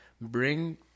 bring